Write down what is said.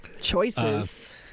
Choices